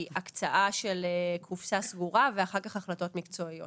הקצאה של קופסה סגורה ואחר כך החלטות מקצועיות.